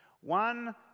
One